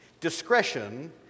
Discretion